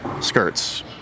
skirts